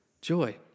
Joy